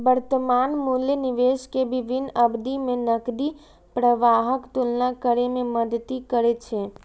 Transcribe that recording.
वर्तमान मूल्य निवेशक कें विभिन्न अवधि मे नकदी प्रवाहक तुलना करै मे मदति करै छै